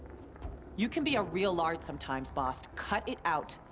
you can be a real lard sometimes, bast, cut it out!